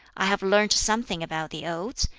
i have learnt something about the odes,